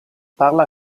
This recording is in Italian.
parla